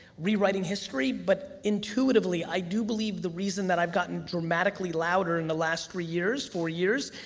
rewriting history, but intuitively, i do believe the reason that i've gotten dramatically louder in the last three years, four years,